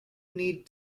need